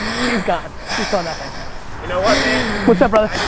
she's gone, she saw nothing. you know what, man. what's up, brother?